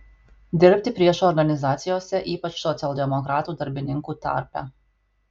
dirbti priešo organizacijose ypač socialdemokratų darbininkų tarpe